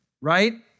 right